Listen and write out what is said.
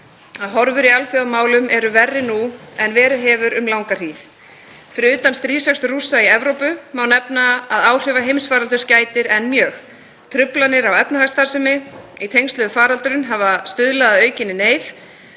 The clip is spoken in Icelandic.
að horfur í alþjóðamálum eru verri nú en verið hefur um langa hríð. Fyrir utan stríðsrekstur Rússa í Evrópu má nefna að áhrifa heimsfaraldurs gætir enn mjög. Truflanir á efnahagsstarfsemi í tengslum við faraldurinn hafa stuðlað að aukinni neyð,